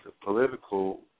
political